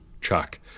Chuck